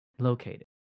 Located